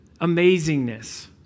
amazingness